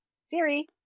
Siri